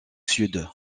sud